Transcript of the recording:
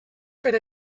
per